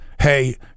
Hey